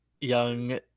young